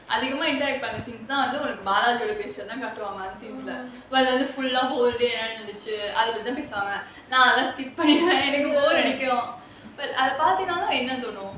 அதிகமா:adhigamaa bala பேசுறது தான் காட்டுவாங்க:pesurathu thaan kaatuvanga but அத பத்தி தான் பேசுவாங்க அத பார்த்த நாளும் என்ன தோணும்:atha pathi thaan pesuvaanga atha paartha naalum enna thonum